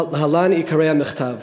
להלן עיקרי המכתב: